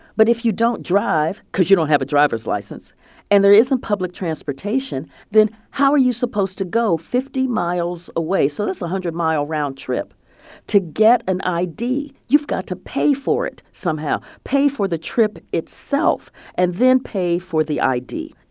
but if you don't drive because you don't have a driver's license and there isn't public transportation, then how are you supposed to go fifty miles away so that's a one hundred mile round trip to get an id? you've got to pay for it somehow, pay for the trip itself and then pay for the id.